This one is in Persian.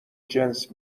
جنس